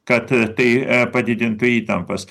kad tai padidintų įtampas